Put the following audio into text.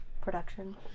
production